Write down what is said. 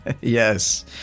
Yes